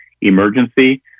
emergency